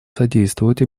содействовать